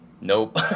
Nope